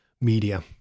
media